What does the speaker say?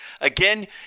Again